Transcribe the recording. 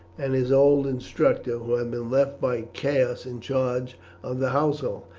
and his old instructor, who had been left by caius in charge of the household.